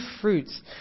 fruits